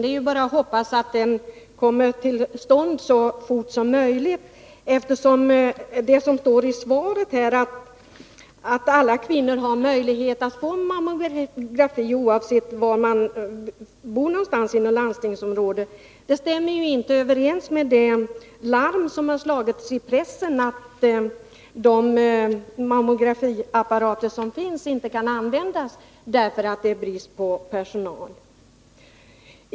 Det är bara att hoppas att den kommer till stånd så fort som möjligt, eftersom det som står i svaret — att alla kvinnor har möjlighet att få mammografi oavsett var de bor inom landstingsområdet — inte stämmer med det alarm som slagits i pressen om att de mammografiapparater som finns inte kan användas därför att det är brist på personal.